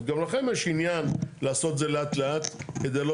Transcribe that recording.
אז גם לכם יש עניין לעשות את זה לאט לאט כדי לא